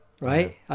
Right